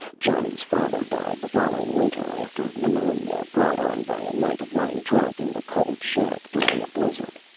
johnny's father died the following winter after pneumonia brought on by a night of lying drunk in the cold shack during a blizzard.